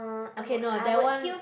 okay no that one